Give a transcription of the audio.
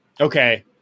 Okay